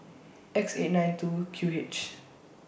X eight nine two Q H